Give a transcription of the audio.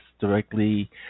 directly